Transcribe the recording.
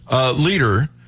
leader